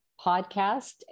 podcast